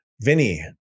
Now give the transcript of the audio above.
Vinny